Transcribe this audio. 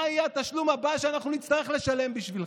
מה יהיה התשלום הבא שאנחנו נצטרך לשלם בשבילך?